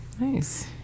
Nice